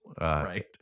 Right